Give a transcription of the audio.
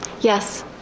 Yes